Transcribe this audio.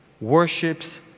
worships